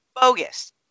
bogus